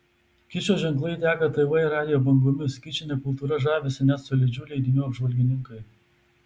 kičo ženklai teka tv ir radijo bangomis kičine kultūra žavisi net solidžių leidinių apžvalgininkai